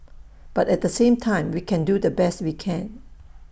but at the same time we can do the best we can